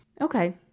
Okay